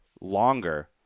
longer